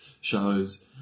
shows